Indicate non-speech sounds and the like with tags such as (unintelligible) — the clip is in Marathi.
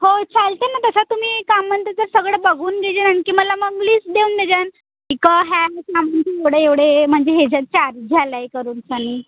हो चालते ना तसं तुम्ही काय म्हणते तर सगळं बघुन घेजान आणखी मला मग लिस्ट देऊन देजान की कं ह्या (unintelligible) एवढे एवढे म्हणजे ह्याच्यात चार्ज झाला आहे करुनसनी